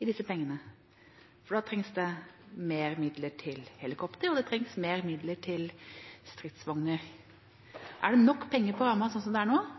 for da trengs det mer midler til helikopter, og det trengs mer midler til stridsvogner. Er det nok penger innenfor rammen slik den er nå, til å finansiere de vedtakene Stortinget har gjort i forbindelse med landmaktplanen? Nei. Det er